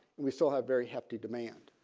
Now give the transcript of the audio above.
we still have very hefty demand